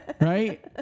Right